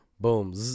Boom